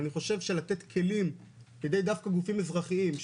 אבל אני חושב שלתת כלים בידי דווקא גופים אזרחיים,